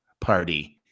Party